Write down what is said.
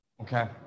Okay